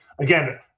Again